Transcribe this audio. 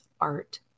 art